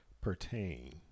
pertain